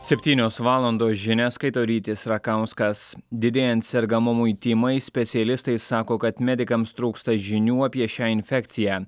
septynios valandos žinias skaito rytis rakauskas didėjant sergamumui tymais specialistai sako kad medikams trūksta žinių apie šią infekciją